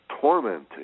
tormenting